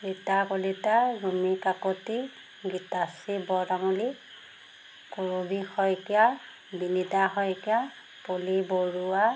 Rita Kalita Rumi Kakati Gitashree Bortamuli Karabi Saikia Binita Saikia Pali Barua